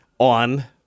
On